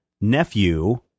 nephew